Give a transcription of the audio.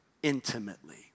intimately